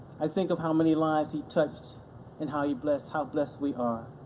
i think of how many lives he touched and how he blessed, how blessed we are,